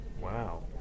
Wow